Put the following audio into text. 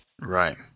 Right